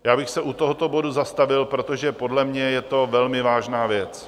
Já bych se u tohoto bodu zastavil, protože podle mě je to velmi vážná věc.